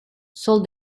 sold